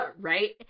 right